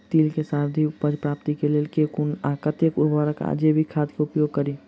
तिल केँ सर्वाधिक उपज प्राप्ति केँ लेल केँ कुन आ कतेक उर्वरक वा जैविक खाद केँ उपयोग करि?